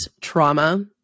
trauma